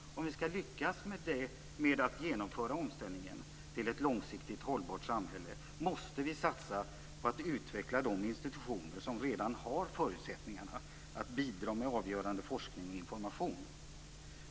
För att vi skall lyckas med att genomföra omställningen till ett långsiktigt hållbart samhälle måste vi satsa på att utveckla de institutioner som redan har förutsättningar att bidra med avgörande forskning och information.